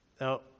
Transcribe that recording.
now